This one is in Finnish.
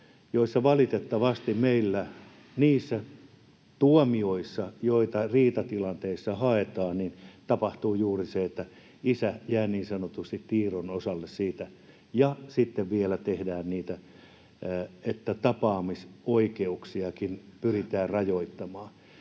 jossa valitettavasti meillä niissä tuomioissa, joita riitatilanteissa haetaan, tapahtuu juuri se, että isä jää niin sanotusti tiiron osalle siitä. Ja sitten vielä tehdään niitä, että tapaamisoikeuksiakin pyritään rajoittamaan.